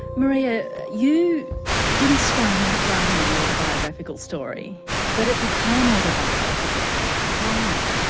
maria, you didn't start out writing an autobiographical story but it became autobiographical why?